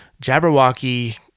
Jabberwocky